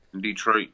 Detroit